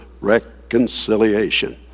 reconciliation